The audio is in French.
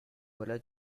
voilà